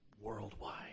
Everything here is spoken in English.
worldwide